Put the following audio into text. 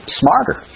smarter